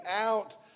out